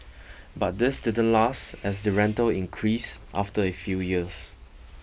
but this didn't last as the rental increased after a few years